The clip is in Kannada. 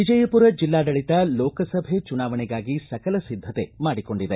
ವಿಜಯಪುರ ಜಿಲ್ಲಾಡಳಿತ ಲೋಕಸಭೆ ಚುನಾವಣೆಗಾಗಿ ಸಕಲ ಸಿದ್ಧತೆ ಮಾಡಿಕೊಂಡಿದೆ